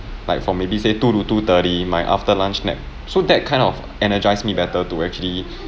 like for maybe say two two thirty my after lunch nap so that kind of energize me better to actually